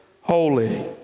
holy